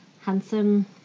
Handsome